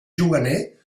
juganer